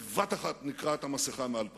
שבבת-אחת נקרעת המסכה מעל פניה.